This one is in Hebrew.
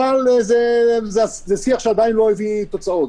אבל זה שיח שעדיין לא הביא תוצאות.